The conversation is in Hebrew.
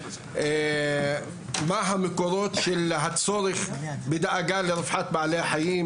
מה המקורות של הצורך בדאגה לרווחת בעלי החיים,